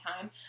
time